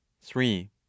three